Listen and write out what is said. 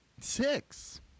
Six